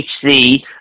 HC